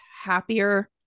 happier